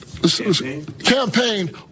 Campaign